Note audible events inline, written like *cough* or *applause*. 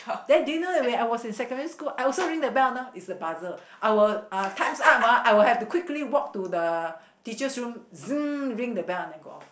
then do you know that when I was in secondary school I also ring the bell you know it's a buzzer I will times up ah I'll have to quickly walk to the teacher's room *noise* ring the bell and then go off